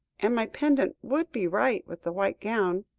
and, my pendant would be right with the white gown.